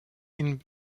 ihnen